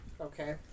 Okay